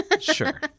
Sure